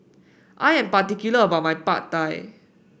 I am particular about my Pad Thai